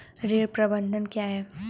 ऋण प्रबंधन क्या है?